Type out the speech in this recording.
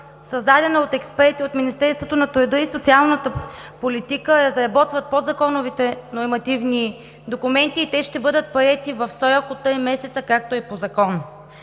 създадена от експерти от Министерството на труда и социалната политика, разработват подзаконовите нормативни документи и те ще бъдат приети в срок от три месеца, както е по закон.